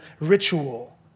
ritual